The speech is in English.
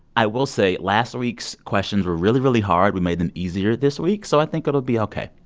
i will say last week's questions were really, really hard. we made them easier this week, so i think it'll be ok.